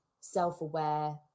self-aware